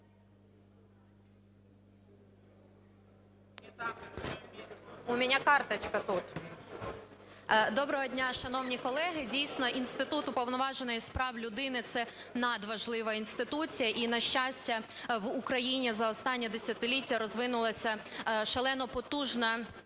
Доброго дня, шановні колеги. Дійсно, інститут Уповноваженого з прав людини – це надважлива інституція, і, на щастя, в Україні за останнє десятиліття розвинулася шалено потужна